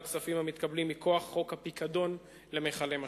כספים המתקבלים מכוח חוק הפיקדון למכלי משקה.